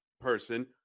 person